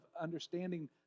understanding